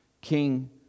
King